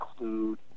include